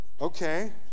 okay